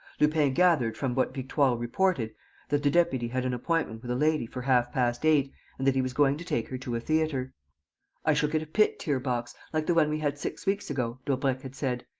lupin gathered, from what victoire reported, that the deputy had an appointment with a lady for half-past eight and that he was going to take her to a theatre i shall get a pit-tier box, like the one we had six weeks ago, daubrecq had said.